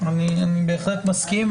אני בהחלט מסכים,